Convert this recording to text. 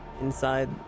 inside